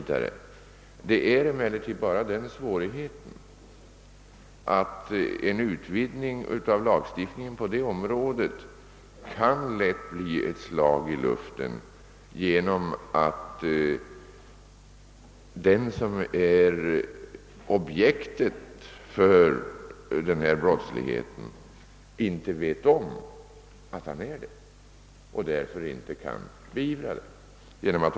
Svårigheten är emellertid att en utvidgning av lagstiftningen på det området lätt kan bli ett slag i luften genom att den som är objektet för brottsligheten inte vet om att han är det och därför inte kan beivra saken.